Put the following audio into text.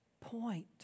point